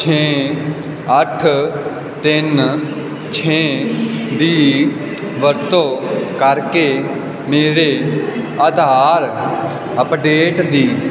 ਛੇ ਅੱਠ ਤਿੰਨ ਛੇ ਦੀ ਵਰਤੋਂ ਕਰਕੇ ਮੇਰੇ ਆਧਾਰ ਅੱਪਡੇਟ ਦੀ